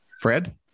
Fred